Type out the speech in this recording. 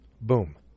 Boom